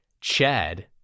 Chad